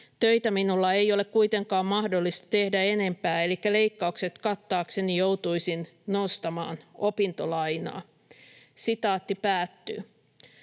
Töitä minulla ei ole kuitenkaan mahdollista tehdä enempää, elikkä leikkaukset kattaakseni joutuisin nostamaan opintolainaa." Lopuksi haluan